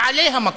בעלי המקום,